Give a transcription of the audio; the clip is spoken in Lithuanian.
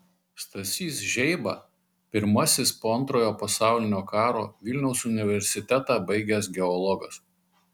stasys žeiba pirmasis po antrojo pasaulinio karo vilniaus universitetą baigęs geologas